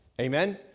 amen